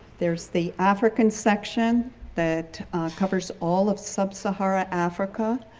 there's the african section that covers all of sub-sahara africa.